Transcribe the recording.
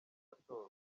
watowe